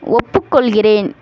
ஒப்புக்கொள்கிறேன்